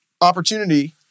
opportunity